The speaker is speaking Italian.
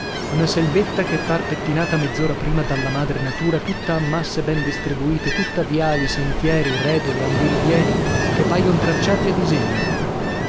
una selvetta che par pettinata mezz'ora prima dalla madre natura tutta a masse ben distribuite tutta viali sentieri redole andirivieni che paion tracciati a disegno